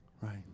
right